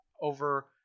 over